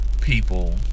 people